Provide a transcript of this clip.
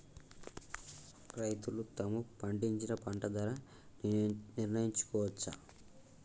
రైతులు తాము పండించిన పంట ధర నిర్ణయించుకోవచ్చా?